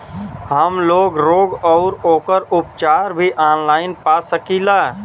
हमलोग रोग अउर ओकर उपचार भी ऑनलाइन पा सकीला?